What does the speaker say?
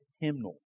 hymnal